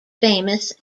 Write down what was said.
famous